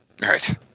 Right